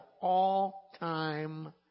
all-time